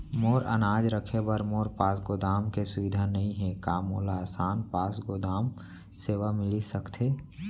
मोर अनाज रखे बर मोर पास गोदाम के सुविधा नई हे का मोला आसान पास गोदाम सेवा मिलिस सकथे?